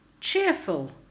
Cheerful